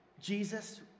Jesus